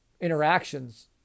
interactions